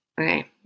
okay